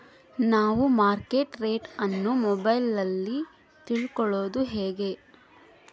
ನಾವು market rate ಅನ್ನು ಮೊಬೈಲಲ್ಲಿ ತಿಳ್ಕಳೋದು ಹೇಗೆ?